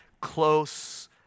close